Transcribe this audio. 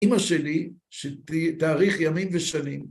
אמא שלי, שהיא תאריך ימים ושנים,